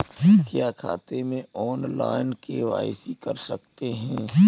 क्या खाते में ऑनलाइन के.वाई.सी कर सकते हैं?